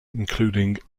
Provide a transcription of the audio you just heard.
including